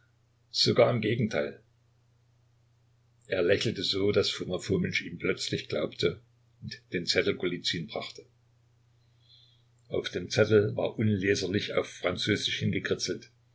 sogar im gegenteil er lächelte so daß foma fomitsch ihm plötzlich glaubte und den zettel golizyn brachte auf dem zettel war unleserlich auf französisch